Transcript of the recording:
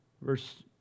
Verse